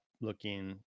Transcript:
looking